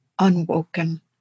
unwoken